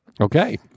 Okay